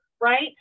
right